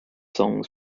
songs